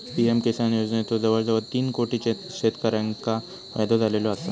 PM किसान योजनेचो जवळजवळ तीन कोटी शेतकऱ्यांका फायदो झालेलो आसा